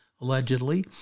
allegedly